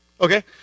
Okay